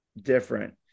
different